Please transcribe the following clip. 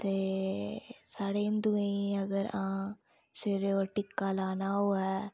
ते साढ़े हिंदुएं गी अगर सिरे पर टिक्का लाना होऐ